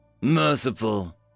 merciful